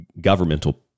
governmental